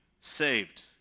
saved